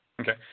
Okay